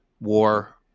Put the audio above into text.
war